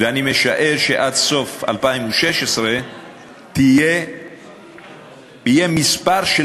ואני משער שעד סוף 2016 יהיה מספר של